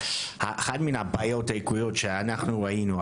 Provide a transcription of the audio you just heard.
אחת מהבעיות העיקריות שאנחנו ראינו,